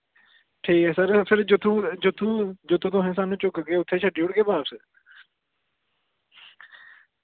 ठीक ऐ सर फिर जित्थुं जित्थुं तक तुस स्हानू छडगे चुक्की ओड़गे बापस